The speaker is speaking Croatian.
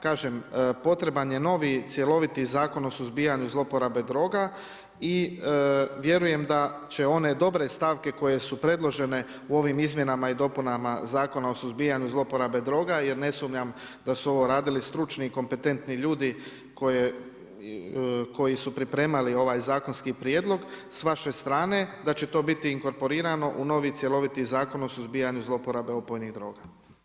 Kažem potreban je novi cjeloviti zakon o suzbijanju zloporabe droga i vjerujem da će one dobre stavke koje su predložene u ovim izmjenama i dopunama Zakona o suzbijanju zloporabe droga jer ne sumnjam da su ovo radili stručni i kompetentni ljudi koji su pripremali ovaj zakonski prijedlog s vaše strane, da će to biti inkorporirano u novi cjeloviti zakon o suzbijanju zloporabe opojnih droga.